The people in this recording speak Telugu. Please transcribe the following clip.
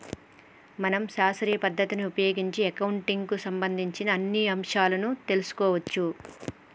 మనం శాస్త్రీయ పద్ధతిని ఉపయోగించి అకౌంటింగ్ కు సంబంధించిన అన్ని అంశాలను తెలుసుకోవచ్చు